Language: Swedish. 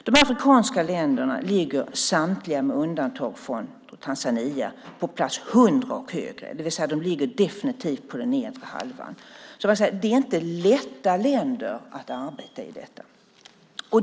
De afrikanska länderna ligger samtliga, med undantag från Tanzania, på plats 100 och högre, det vill säga definitivt på den nedre halvan. Det är länder som det inte är lätt att arbeta i.